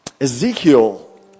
Ezekiel